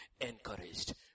encouraged